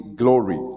glory